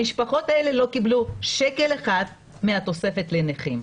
המשפחות האלה לא קיבלו שקל אחד מהתוספת לנכים.